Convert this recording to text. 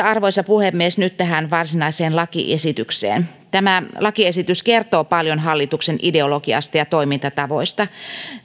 arvoisa puhemies nyt tähän varsinaiseen lakiesitykseen tämä lakiesitys kertoo paljon hallituksen ideologiasta ja toimintatavoista